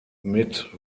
mit